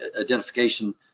identification